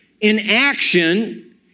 inaction